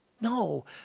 No